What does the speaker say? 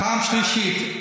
בפעם השלישית,